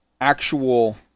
actual